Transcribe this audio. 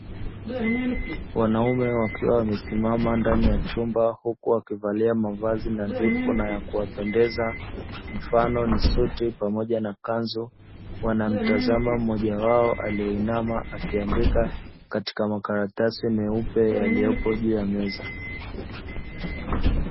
Wanaume wakiwa wamesimama ndani ya chumba huku wakivalia mavazi nadhifu na ya kupendeza mfano ni suti pamoja na kanzu, wanamtazama mmoja wao ameinama akiandika katika makaratasi meupe yaliyopo juu ya meza.